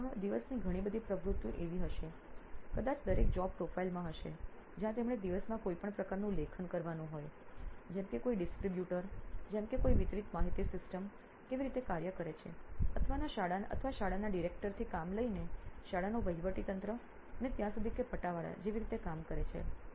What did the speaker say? સંભવત દિવસની ઘણી પ્રવૃત્તિઓ એવી હશેકદાચ દરેક જોબ પ્રોફાઇલમાં હશે જ્યાં તેમણે દિવસમાં કોઇપણ પ્રકારનું લેખન કરવાનું હોય જેમ કે કોઈ ડિસ્ટ્રિબ્યુટર જેમ કે કોઈ વિતરિત માહિતી સિસ્ટમ કેવી રીતે કાર્ય કરે છે અથવા શાળાના ડિરેક્ટર થી કામ લઈને શાળાનો વહીવટ તંત્ર અને ત્યાં સુધી કે પટાવાળા જેવી રીતે કામ કરે છે